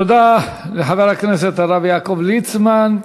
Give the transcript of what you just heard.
תודה לחבר הכנסת הרב יעקב ליצמן.